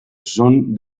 son